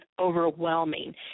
overwhelming